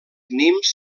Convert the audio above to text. nimes